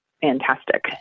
fantastic